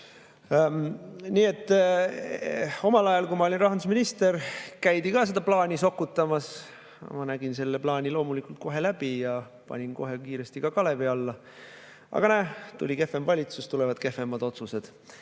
Omal ajal, kui ma olin rahandusminister, käidi ka seda plaani sokutamas. Ma nägin selle plaani loomulikult kohe läbi ja panin kohe kiiresti ka kalevi alla. Aga näe, tuli kehvem valitsus, tulevad kehvemad otsused.